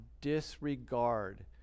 disregard